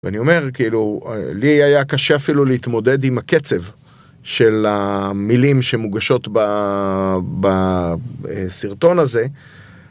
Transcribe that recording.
ואני אומר, כאילו, לי היה קשה אפילו להתמודד עם הקצב של המילים שמוגשות בסרטון הזה.